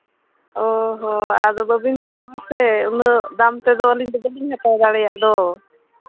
ᱚ ᱦᱚᱸ ᱟᱫᱚ ᱵᱟᱹᱵᱤᱱ ᱠᱚᱢᱚᱜ ᱟᱥᱮ ᱩᱱᱟᱹᱜ ᱫᱟᱢ ᱛᱮᱫᱚ ᱟᱹᱞᱤᱧ ᱫᱚ ᱵᱟᱹᱞᱤᱧ ᱦᱟᱛᱟᱣ ᱫᱟᱲᱮᱭᱟᱜ ᱫᱚ